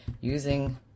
using